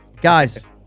Guys